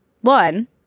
one